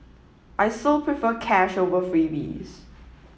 I so prefer cash over freebies